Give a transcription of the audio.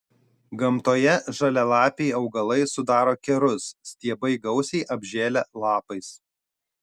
gamtoje žalialapiai augalai sudaro kerus stiebai gausiai apžėlę lapais